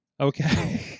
Okay